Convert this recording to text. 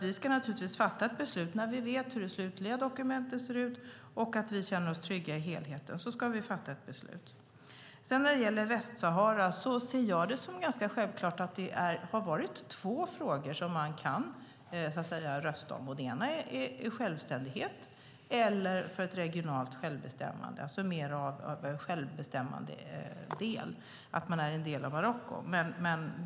Vi ska naturligtvis fatta ett beslut när vi vet hur det slutliga dokumentet ser ut och vi känner oss trygga med helheten. Då ska vi fatta ett beslut. När det gäller Västsahara ser jag det som ganska självklart att det finns två frågor som man kan rösta om, självständighet eller regionalt självbestämmande, alltså att man är en del av Marocko.